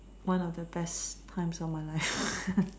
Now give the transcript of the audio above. one of the best times of my life